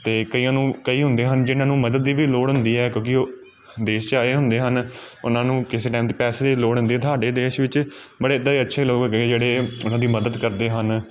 ਅਤੇ ਕਈਆਂ ਨੂੰ ਕਈ ਹੁੰਦੇ ਹਨ ਜਿਨ੍ਹਾਂ ਨੂੰ ਮਦਦ ਦੀ ਵੀ ਲੋੜ ਹੁੰਦੀ ਹੈ ਕਿਉਂਕਿ ਉਹ ਦੇਸ਼ 'ਚ ਆਏ ਹੁੰਦੇ ਹਨ ਉਹਨਾਂ ਨੂੰ ਕਿਸੇ ਟਾਈਮ 'ਤੇ ਪੈਸੇ ਦੀ ਲੋੜ ਹੁੰਦੀ ਸਾਡੇ ਦੇਸ਼ ਵਿੱਚ ਬੜੇ ਅੱਛੇ ਲੋਕ ਹੈਗੇ ਜਿਹੜੇ ਉਹਨਾਂ ਦੀ ਮਦਦ ਕਰਦੇ ਹਨ